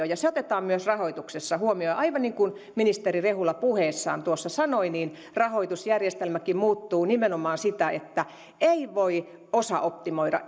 ja se otetaan myös rahoituksessa huomioon aivan niin kuin ministeri rehula puheessaan tuossa sanoi rahoitusjärjestelmäkin muuttuu nimenomaan siten että ei voi osaoptimoida